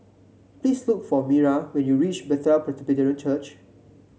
please look for Myra when you reach Bethel Presbyterian Church